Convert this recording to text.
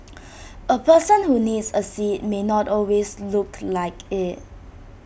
A person who needs A seat may not always look like IT